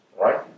Right